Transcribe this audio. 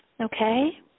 okay